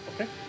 okay